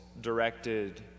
directed